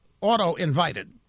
auto-invited